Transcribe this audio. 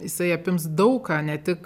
jisai apims daug ką ne tik